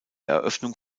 eröffnung